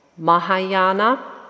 Mahayana